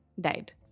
died